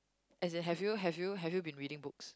as in have you have you have you been reading books